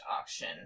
auction